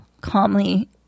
calmly